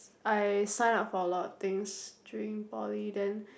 I sign up for a lot of things during poly then